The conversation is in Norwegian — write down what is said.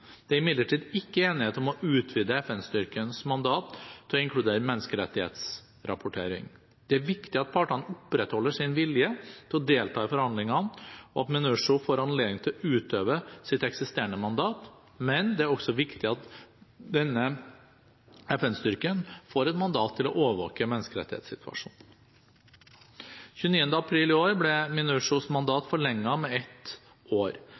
Det er imidlertid ikke enighet om å utvide FN-styrkenes mandat til å inkludere menneskerettighetsrapportering. Det er viktig at partene opprettholder sin vilje til å delta i forhandlingene, og at MINURSO får anledning til å utøve sitt eksisterende mandat, men det er også viktig at denne FN-styrken får et mandat til å overvåke menneskerettighetssituasjonen. 29. april i år ble MINURSOs mandat forlenget med ett år.